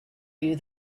you